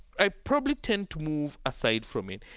i probably tend to move aside from it.